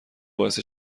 باعث